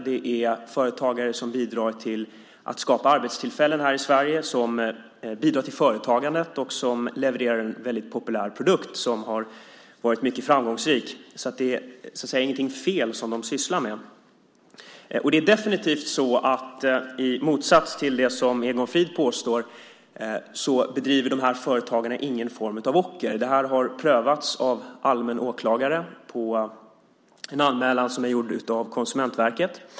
Det är företagare som bidrar till att skapa arbetstillfällen här i Sverige, bidrar till företagandet och levererar en väldigt populär produkt som varit mycket framgångsrik. Det är ingenting felaktigt som de sysslar med. Det är definitivt så, i motsats till det som Egon Frid påstår, att dessa företagare inte bedriver någon form av ocker. Det har prövats av allmän åklagare på en anmälan som är gjord av Konsumentverket.